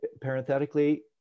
parenthetically